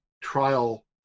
trial